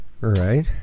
Right